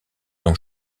ont